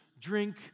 drink